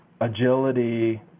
agility